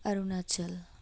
Arunachal